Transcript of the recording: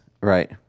Right